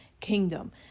kingdom